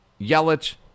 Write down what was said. Yelich